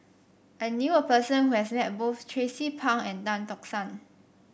I knew a person who has met both Tracie Pang and Tan Tock San